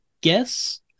guess